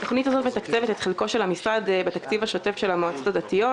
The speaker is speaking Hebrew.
התוכנית מתקצבת את חלקו של המשרד בתקציב השוטף של המועצות הדתיות,